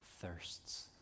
thirsts